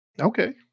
okay